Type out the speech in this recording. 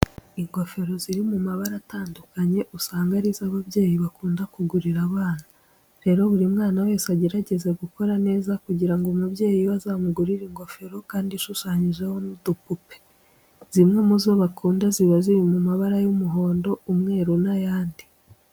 Ingofero ziri mu mabara atandukanye usanga ari zo ababyeyi bakunda kugurira abana. Rero buri mwana wese agerageza gukora neza kugira ngo umubyeyi we azamugurire ingofero kandi ishushanyijeho n'udupupe. Zimwe mu zo bakunda ziba ziri mu mabara y'umuhondo, umweru n'ayandi.